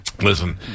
Listen